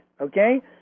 okay